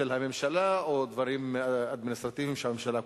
הממשלה או דברים אדמיניסטרטיביים שהממשלה קובעת.